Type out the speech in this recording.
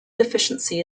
deficiency